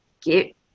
get